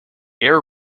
air